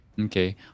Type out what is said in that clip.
Okay